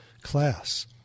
class